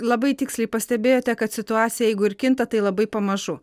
labai tiksliai pastebėjote kad situacija jeigu ir kinta tai labai pamažu